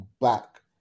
back